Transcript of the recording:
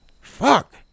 fuck